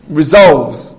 resolves